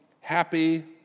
happy